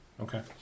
Okay